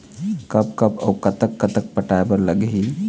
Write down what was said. कब कब अऊ कतक कतक पटाए बर लगही